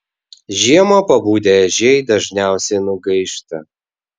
žiemą pabudę ežiai dažniausiai nugaišta